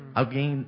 alguém